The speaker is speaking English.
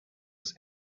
was